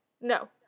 No